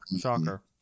Shocker